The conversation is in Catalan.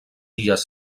illes